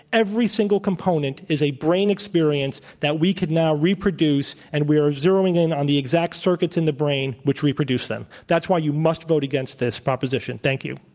every single component is a brain experience that we could now reproduce. and we're zeroing in on the exact circuits in the brain which reproduce them. that's why you must vote against this proposition. thank you.